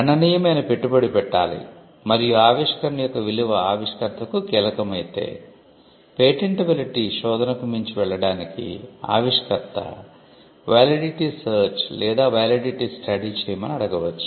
గణనీయమైన పెట్టుబడి పెట్టాలి మరియు ఆవిష్కరణ యొక్క విలువ ఆవిష్కర్తకు కీలకం అయితే పేటెంటిబిలిటీ శోధనకు మించి వెళ్ళడానికి ఆవిష్కర్త వాలిడిటి సెర్చ్ లేదా వాలిడిటి స్టడీ చేయమని అడగవచ్చు